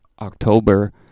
October